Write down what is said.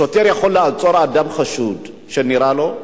שוטר יכול לעצור אדם שנראה לו חשוד,